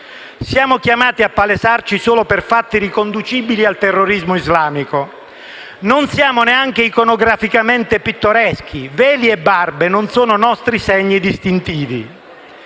Siamo chiamati a palesarci solo per fatti riconducibili al terrorismo islamico. Non siamo neanche iconograficamente pittoreschi: veli e barbe non sono nostri segni distintivi.